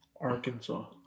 Arkansas